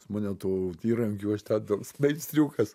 pas mane tų įrankių aš ten toks meistriukas